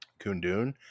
Kundun